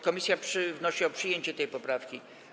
Komisja wnosi o przyjęcie tej poprawki.